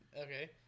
Okay